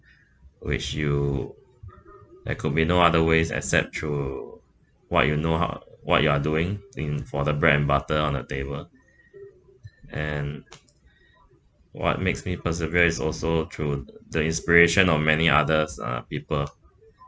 which you there could be no other ways except through what you know how what you are doing I think for the bread and butter on a table and what makes me persevere is also through the inspiration of many others uh people